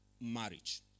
marriage